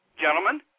gentlemen